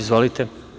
Izvolite.